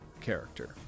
character